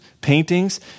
paintings